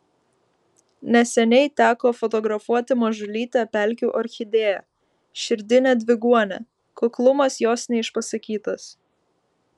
neseniai teko fotografuoti mažulytę pelkių orchidėją širdinę dviguonę kuklumas jos neišpasakytas